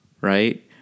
right